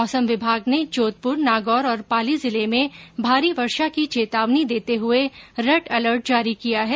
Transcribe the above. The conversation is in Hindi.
मौसम विभाग ने जोधपुर नागौर और पाली जिले में भारी वर्षा की चेतावनी देते हुए रेड अलर्ट जारी किया है